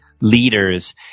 leaders